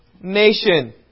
nation